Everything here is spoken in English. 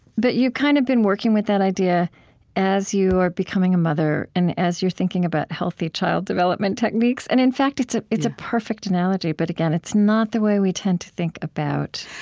but you've kind of been working with that idea as you are becoming a mother, and as you're thinking about healthy child development techniques, and in fact, it's ah it's a perfect analogy. but, again, it's not the way we tend to think about